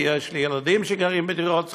כי יש לי ילדים שגרים בדירות שכורות,